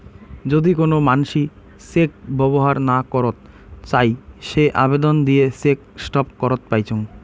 যদি কোন মানসি চেক ব্যবহর না করত চাই সে আবেদন দিয়ে চেক স্টপ করত পাইচুঙ